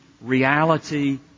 reality